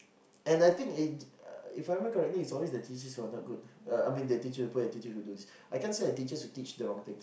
and I think if If I remember correctly its always the teacher who are not good uh I mean the teacher who put attitude who do thing I can't say the teacher who teach the wrong things